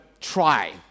try